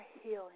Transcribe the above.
healing